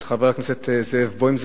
את חבר הכנסת זאב בוים,